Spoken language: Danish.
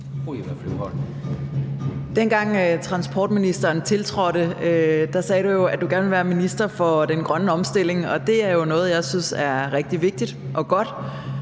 Dengang transportministeren tiltrådte, sagde du, at du gerne vil være minister for den grønne omstilling, og det er jo noget, som jeg synes er rigtig vigtigt og godt.